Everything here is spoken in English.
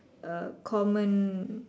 a common